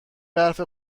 برف